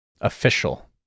Official